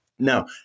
No